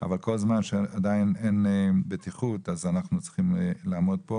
אבל כל זמן שאין עדיין בטיחות אז אנחנו צריכים לעמוד פה,